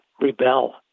rebel